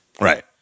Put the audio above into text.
Right